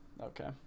okay